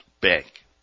Bank